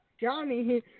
Johnny